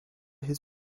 his